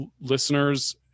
listeners